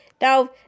Now